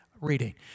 Reading